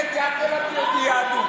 קטי, אל תלמדי אותי יהדות.